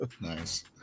nice